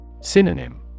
Synonym